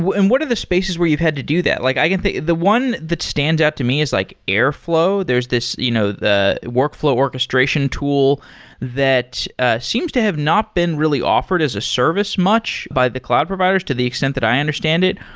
what and what are the spaces where you've had to do that? like the the one that stands out to me is like airflow. there's this you know the workflow orchestration tool that ah seems to have not been really offered as a service much by the cloud providers, to the extent that i understand it.